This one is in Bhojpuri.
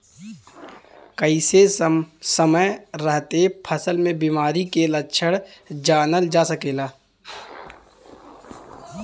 कइसे समय रहते फसल में बिमारी के लक्षण जानल जा सकेला?